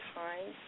time